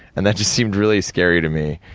and that just seemed really scary to me,